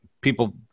people